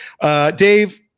Dave